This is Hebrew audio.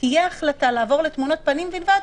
תהיה החלטה לעבור לתמונת פנים בלבד,